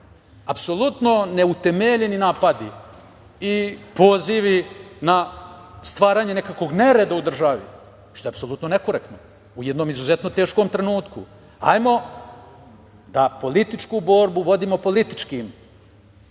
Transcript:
Apsolutno neutemeljeni napadi i pozivi na stvaranje nekakvog nereda u državi, što je apsolutno nekorektno, u jednom izuzetno teškom trenutku. Ajmo da političku borbu vodimo političkim